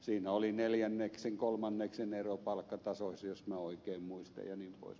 siinä oli neljänneksen kolmanneksen ero palkkatasoissa jos minä oikein muistan jnp